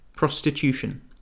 Prostitution